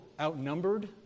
outnumbered